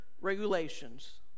regulations